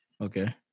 Okay